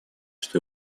что